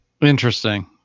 Interesting